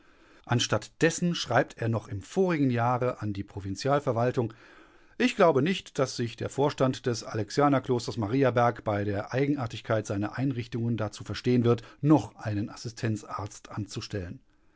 anstatt dessen schreibt er noch im vorigen jahre an die provinzialverwaltung ich glaube nicht daß sich der vorstand des alexianerklosters mariaberg bei der eigenartigkeit seiner einrichtungen dazu verstehen wird noch einen assistenzarzt anzustellen